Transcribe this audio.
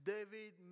David